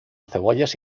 cebollas